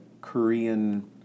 Korean